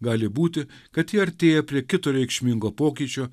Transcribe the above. gali būti kad ji artėja prie kito reikšmingo pokyčio